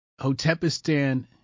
Hotepistan